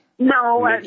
No